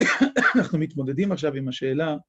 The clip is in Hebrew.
‫אנחנו מתמודדים עכשיו עם השאלה.